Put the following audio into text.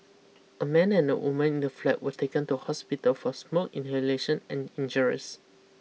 a man and a woman in the flat were taken to hospital for smoke inhalation and injuries